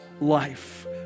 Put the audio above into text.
life